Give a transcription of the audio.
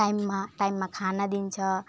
टाइममा टाइममा खाना दिन्छ